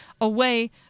away